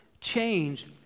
change